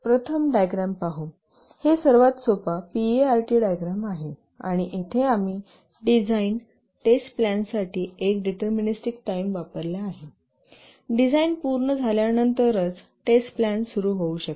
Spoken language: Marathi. हे सर्वात सोपा पीईआरटी डायग्राम आहे आणि येथे आम्ही डिझाइन टेस्ट प्लॅनसाठी एक डिटरर्मेनस्टीक टाईम वापरली आहे डिझाइन पूर्ण झाल्यानंतरच टेस्ट प्लॅन सुरू होऊ शकते